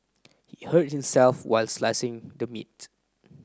he hurt himself while slicing the meat